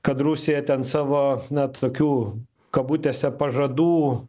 kad rusija ten savo na tokių kabutėse pažadų